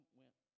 went